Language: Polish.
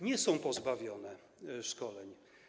Nie są pozbawione szkoleń.